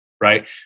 right